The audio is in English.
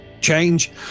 change